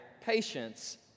patience